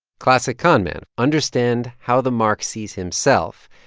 classic con men understand how the mark sees himself,